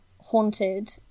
haunted